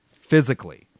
physically